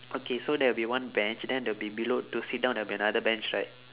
okay so there will be one bench then there will be below to sit down there'll be another bench right